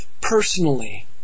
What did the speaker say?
personally